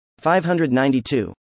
592